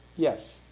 Yes